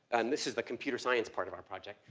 and this is the computer science part of our project,